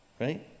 Right